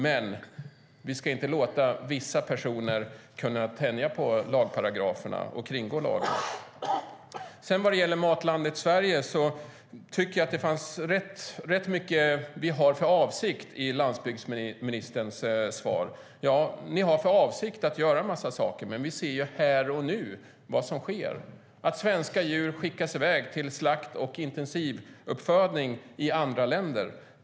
Men vi ska inte låta vissa personer tänja på lagparagraferna och kringgå lagen. Vad gäller Matlandet Sverige tycker jag att det i svaret var rätt mycket tal om era avsikter, landsbygdsministern. Ja, ni har för avsikt att göra en massa saker. Men vi ser här och nu vad som sker: Svenska djur skickas i väg till slakt och intensivuppfödning i andra länder.